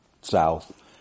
south